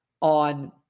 on